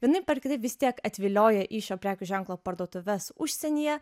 vienaip ar kitaip vis tiek atvilioja į šio prekių ženklo parduotuves užsienyje